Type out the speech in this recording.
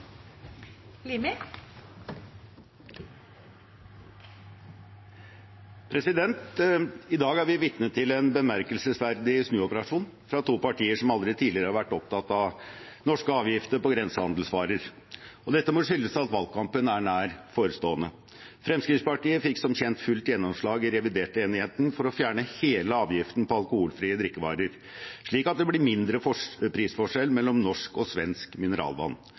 en bemerkelsesverdig snuoperasjon fra to partier som aldri tidligere har vært opptatt av norske avgifter på grensehandelsvarer. Dette må skyldes at valgkampen er nært forestående. Fremskrittspartiet fikk som kjent fullt gjennomslag i revidertenigheten for å fjerne hele avgiften på alkoholfrie drikkevarer, slik at det blir mindre prisforskjell mellom norsk og svensk mineralvann.